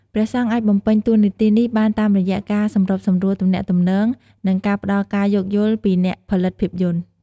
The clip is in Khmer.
ព្រះសង្ឃអាចបំពេញតួនាទីនេះបានតាមរយៈ ការសម្របសម្រួលទំនាក់ទំនង និងការផ្ដល់ការយោគយល់ពីអ្នកផលិតភាពយន្ត។